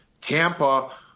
Tampa